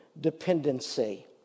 dependency